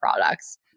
products